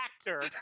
actor